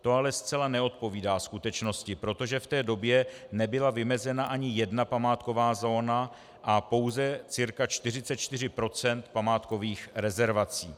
To ale zcela neodpovídá skutečnosti, protože v té době nebyla vymezena ani jedna památková zóna a pouze cca 44 % památkových rezervací.